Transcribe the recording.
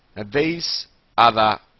these other